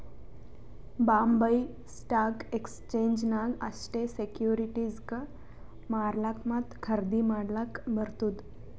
Bombay stock exchange ನಾಗ್ ಅಷ್ಟೇ ಸೆಕ್ಯೂರಿಟಿಸ್ಗ್ ಮಾರ್ಲಾಕ್ ಮತ್ತ ಖರ್ದಿ ಮಾಡ್ಲಕ್ ಬರ್ತುದ್